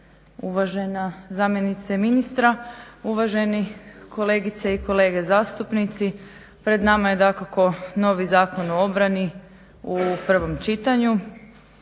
uvažena zamjenice ministra, uvaženi kolegice i kolege zastupnici. Pred nama je dakako novi Zakon o obrani u prvom čitanju.